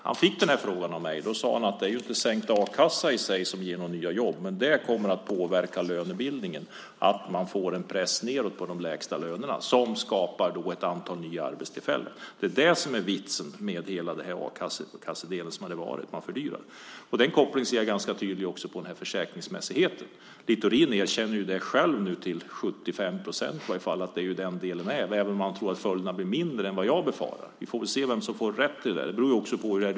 Han fick frågan av mig vilka nya jobb detta skapar. Han sade att sänkt a-kassa i sig inte ger några nya jobb, men det kommer att påverka lönebildningen att man får en press nedåt på de lägsta lönerna, vilket skapar ett antal nya arbetstillfällen. Det är det som är vitsen med hela fördyrandet av a-kassan. Den kopplingen ser jag också ganska tydligt när det gäller försäkringsmässigheten. Littorin erkänner det nu själv - till 75 procent i varje fall - även om han tror att följderna blir mindre än vad jag befarar. Vi får väl se vem som får rätt.